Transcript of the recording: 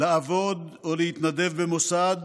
לעבוד או להתנדב במוסד